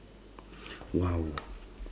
!wow!